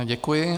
Děkuji.